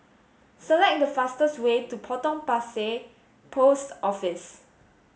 select the fastest way to Potong Pasir Post Office